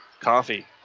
Coffee